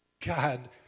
God